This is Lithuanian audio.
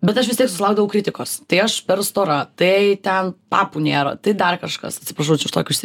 bet aš vis tiek susilaukdavau kritikos tai aš per stora tai ten papų nėra tai dar kažkas atsiprašau čia už tokį